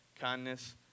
kindness